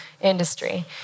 industry